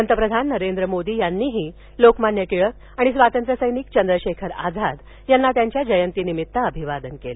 पंतप्रधान नरेंद्र मोदी यांनीही लोकमान्य टिळक आणि स्वातंत्र्य सत्रिक चंद्रशेखर आझाद यांना त्यांच्या जयंती निमित्त अभिवादन केलं